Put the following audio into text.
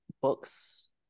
books